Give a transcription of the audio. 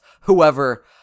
whoever